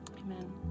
Amen